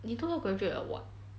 你偷偷 graduate liao [what]